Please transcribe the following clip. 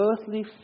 earthly